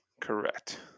correct